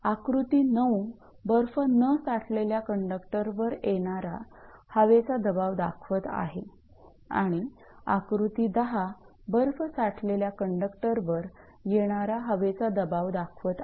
आकृती 9 बर्फ न साठलेल्या कंडक्टरवर येणारा हवेचा दबाव दाखवत आहे आणि आकृती 10 बर्फ साठलेल्या कंडक्टरवर येणारा हवेचा दबाव दाखवत आहे